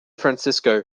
francisco